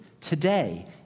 today